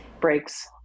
breaks